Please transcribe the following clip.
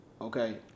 Okay